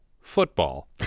football